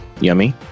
Yummy